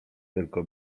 tylko